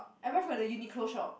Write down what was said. I buy from the Uniqlo shop